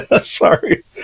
sorry